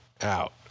out